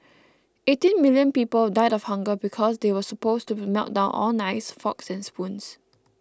eighteen million people died of hunger because they were supposed to melt down all knives forks and spoons